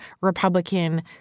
Republican